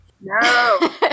No